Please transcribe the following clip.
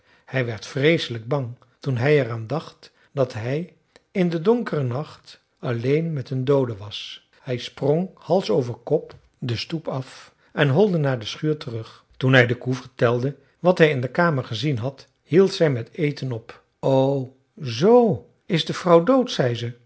hij werd vreeselijk bang toen hij er aan dacht dat hij in den donkeren nacht alleen met een doode was hij sprong halsoverkop de stoep af en holde naar de schuur terug toen hij de koe vertelde wat hij in de kamer gezien had hield zij met eten op o zoo is de vrouw dood zei ze